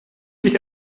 dich